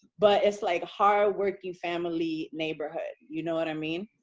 but it's like a hardworking family neighborhood. you know what i mean?